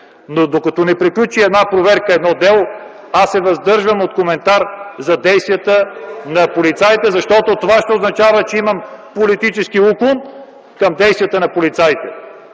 Но докато не приключи една проверка, едно дело, аз се въздържам от коментар за действията на полицаите, защото това ще означава, че имам политически уклон към действията на полицаите.